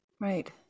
Right